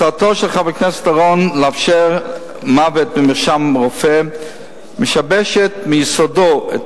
הצעתו של חבר הכנסת אורון לאפשר מוות במרשם רופא משבשת מיסודו את